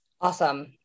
Awesome